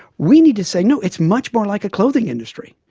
we need to say, no, it's much more like a clothing industry.